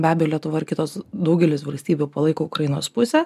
be abejo lietuva ir kitos daugelis valstybių palaiko ukrainos pusę